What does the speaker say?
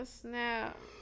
snap